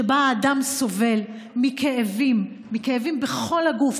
שבה אדם סובל מכאבים בכל הגוף,